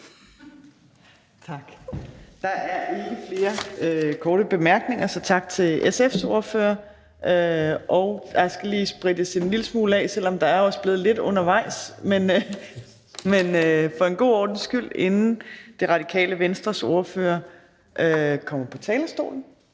Tak. Der er ikke flere korte bemærkninger, så tak til SF's ordfører. Der skal lige sprittes en lille smule af, selv om der også er blevet det lidt undervejs – men for en god ordens skyld, inden Radikale Venstres ordfører kommer på talerstolen.